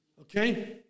Okay